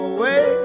Away